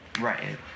Right